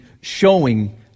showing